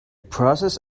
process